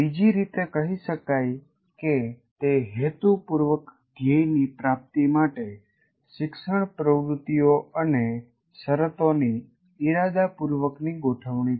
બીજી રીતે કહી શકાય કે તે હેતુપૂર્વક ધ્યેયની પ્રાપ્તિ માટે શિક્ષણ પ્રવૃત્તિઓ અને શરતોની ઇરાદાપૂર્વકની ગોઠવણી છે